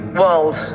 world